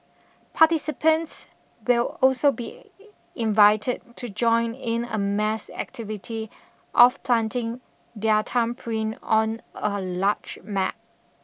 participants will also be invited to join in a mass activity of planting their thumbprint on a large map